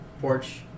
porch